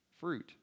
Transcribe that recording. Fruit